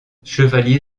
chevalier